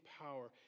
power